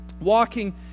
walking